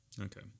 Okay